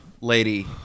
lady